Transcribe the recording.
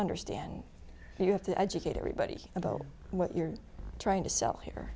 understand you have to educate everybody about what you're trying to sell here